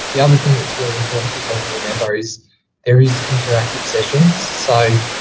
the other thing that's really important for people to remember is there is interactive sessions. so,